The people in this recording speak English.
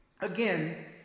Again